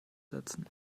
setzen